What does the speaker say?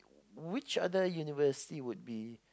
which other university would be